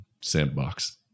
sandbox